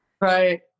Right